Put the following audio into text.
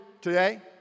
today